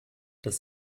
das